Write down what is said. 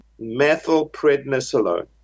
methylprednisolone